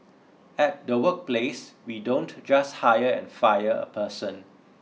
at the workplace we don't just hire and fire a person